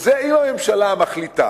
וזה אם הממשלה מחליטה